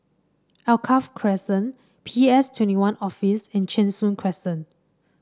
Alkaff Crescent P S Twenty One Office and Cheng Soon Crescent